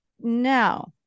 Now